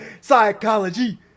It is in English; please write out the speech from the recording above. psychology